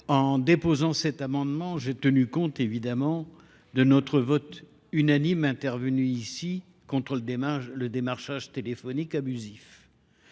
En déposant cet amendement, j'ai tenu compte évidemment de notre vote unanime intervenu ici contre le démarchage téléphonique abusif.